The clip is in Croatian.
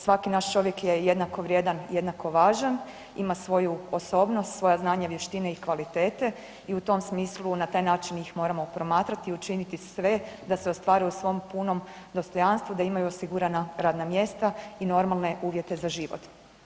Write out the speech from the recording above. Svaki naš čovjek je jednako vrijedan, jednako važan, ima svoju osobnost, svoja znanja, vještine i kvalitete i u tom smislu i na taj način ih moramo promatrati i učiniti sve da se ostvare u svom punom dostojanstvu, da imaju osigurana radna mjesta i normalne uvjete za život.